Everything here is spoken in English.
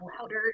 louder